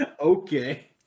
Okay